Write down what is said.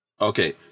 Okay